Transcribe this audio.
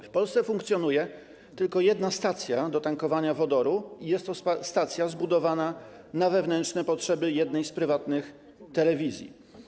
W Polsce funkcjonuje tylko jedna stacja do tankowania wodoru i jest to stacja zbudowana na wewnętrzne potrzeby jednej z prywatnych telewizji.